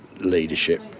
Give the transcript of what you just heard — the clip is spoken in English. Leadership